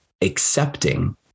accepting